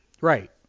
Right